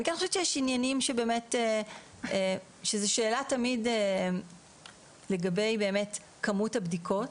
אני כן חושבת שזו שאלה תמיד לגבי כמות הבדיקות,